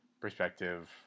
perspective